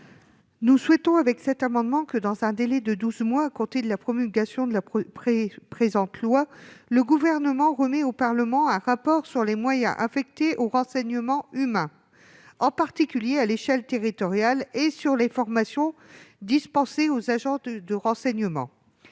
Nous souhaitons que, dans un délai de douze mois à compter de la promulgation de la présente loi, le Gouvernement remette au Parlement un rapport sur les moyens affectés au renseignement humain, en particulier à l'échelon territorial, et sur les formations dispensées aux agents de renseignement.